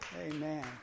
Amen